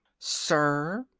sir,